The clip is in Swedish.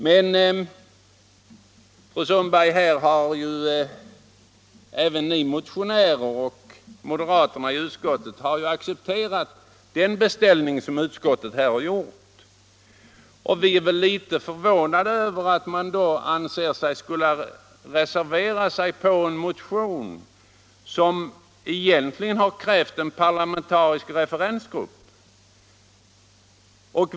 Men, fru Sundberg, även ni motionärer och moderaterna i utskottet har ju accepterat utskottets beställning, och vi är därför litet förvånade över att man reserverar sig till förmån för en motion där det krävs en parlamentarisk referensgrupp.